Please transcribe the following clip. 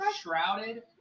shrouded